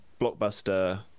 blockbuster